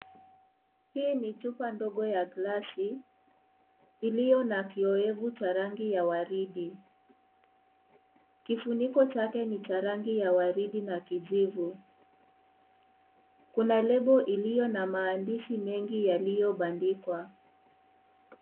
Hii ni chupa dogo ya glass iliyo na kioevu cha rangi ya waridi. Kifuniko chake ni cha rangi ya waridi na kijivu. Kuna label iliyo na maandishi mengi yaliyobandikwa.